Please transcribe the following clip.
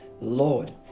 Lord